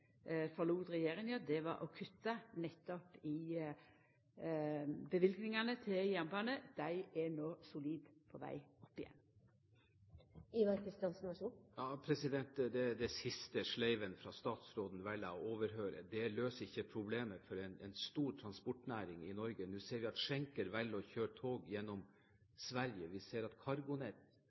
var å kutta nettopp i løyvingane til jernbanen. Dei er no solid på veg opp igjen. Den siste sleivete bemerkningen fra statsråden velger jeg å overhøre. Det løser ikke problemet for en stor transportnæring i Norge. Nå ser vi at Schenker velger å kjøre tog gjennom Sverige, vi ser at